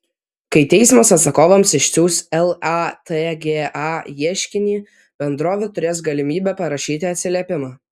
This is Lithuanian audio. kai teismas atsakovams išsiųs latga ieškinį bendrovė turės galimybę parašyti atsiliepimą